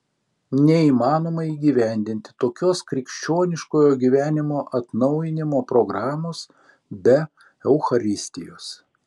neįmanoma įgyvendinti tokios krikščioniškojo gyvenimo atnaujinimo programos be eucharistijos